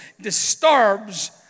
disturbs